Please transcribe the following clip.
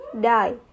die